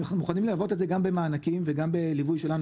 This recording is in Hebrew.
אנחנו מוכנים ללוות את זה גם במענקים וגם בליווי שלנו,